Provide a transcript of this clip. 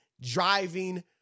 Driving